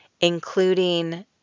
including